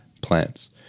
plants